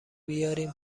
بیارین